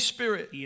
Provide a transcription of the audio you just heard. Spirit